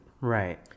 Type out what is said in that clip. Right